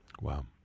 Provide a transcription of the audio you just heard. Wow